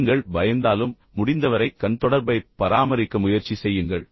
நீங்கள் பயந்தாலும் முடிந்தவரை கண் தொடர்பைப் பராமரிக்க முயற்சி செய்யுங்கள்